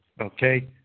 okay